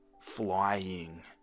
Flying